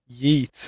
Yeet